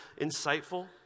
insightful